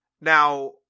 Now